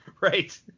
right